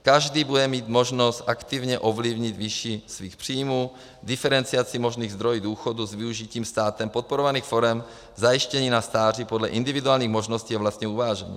Každý bude mít možnost aktivně ovlivnit výši svých příjmů, diferenciaci možných zdrojů důchodu s využitím státem podporovaných forem zajištění na stáří podle individuálních možností a vlastního uvážení.